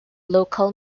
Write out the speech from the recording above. local